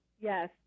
Yes